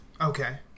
Okay